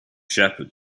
shepherd